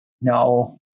no